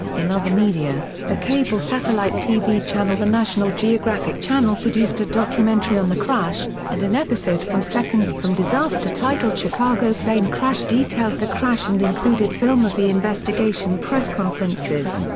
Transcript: in other media the cable satellite tv channel the national geographic channel produced a documentary on the crash, and an episode from seconds from disaster titled chicago plane crash detailed the crash and included film of the investigation press conferences.